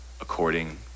according